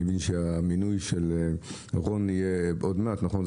אני מבין שהמינוי של רון יהיה עוד מעט, נכון?